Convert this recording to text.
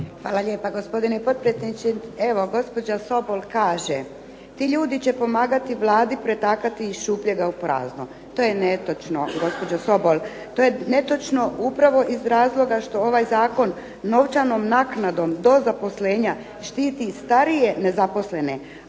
Hvala lijepa, gospodine potpredsjedniče. Evo, gospođa Sobol kaže ti ljudi će pomagati Vladi pretakati iz šupljega u prazno. To je netočno, gospođo Sobol. To je netočno upravo iz razloga što ovaj zakon novčanom naknadom do zaposlenja štiti starije nezaposlene,